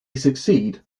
succeed